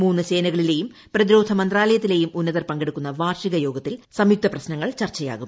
മൂന്ന് സേനകളിലേയും പ്രതിരോധ മിന്താലയത്തിലേയും ഉന്നതർ പങ്കെടുക്കുന്ന വാർഷിക യോഗത്തിൽ സർയുക്ത പ്രശ്നങ്ങൾ ചർച്ചയാകും